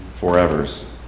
forevers